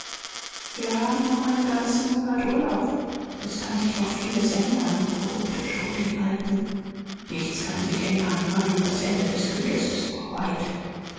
wir haben noch einen ganzen monat urlaub es kann sich noch vieles ändern beruhigte yoe den alten nichts kann sich ändern nein das ende des krieges ist noch weit